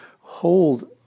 hold